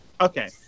Okay